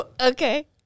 Okay